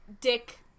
Dick